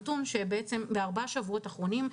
בארבעת השבועות האחרונים,